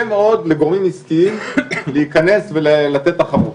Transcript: מאוד לגורמים עסקיים להיכנס ולתת תחרות,